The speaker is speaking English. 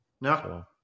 no